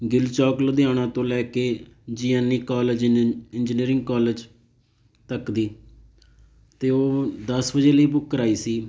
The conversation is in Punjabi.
ਗਿੱਲ ਚੌਕ ਲੁਧਿਆਣਾ ਤੋਂ ਲੈ ਕੇ G N E college engineering college ਤੱਕ ਦੀ ਅਤੇ ਉਹ ਦਸ ਵਜੇ ਲਈ ਬੁੱਕ ਕਰਾਈ ਸੀ